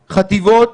חטיבות,